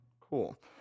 Cool